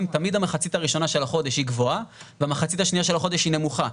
תמיד המחצית הראשונה של החודש והמחצית השנייה של החודש היא נמוכה.